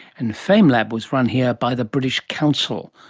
and famelab was run here by the british council.